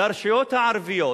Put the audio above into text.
לרשויות הערביות.